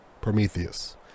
Prometheus